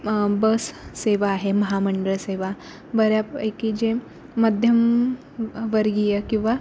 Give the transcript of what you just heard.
बस सेवा आहे महामंडळ सेवा बऱ्यापैकी जे मध्यमवर्गीय किंवा